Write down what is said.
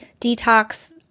detox